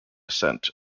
ascent